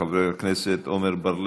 חבר הכנסת עמר בר-לב,